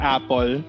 Apple